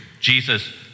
Jesus